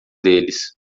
deles